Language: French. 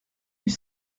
huit